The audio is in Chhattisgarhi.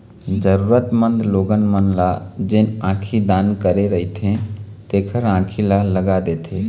जरुरतमंद लोगन मन ल जेन आँखी दान करे रहिथे तेखर आंखी ल लगा देथे